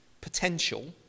potential